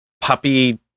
puppy